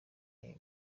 iyo